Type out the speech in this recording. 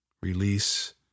Release